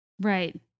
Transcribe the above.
right